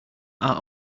are